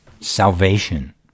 salvation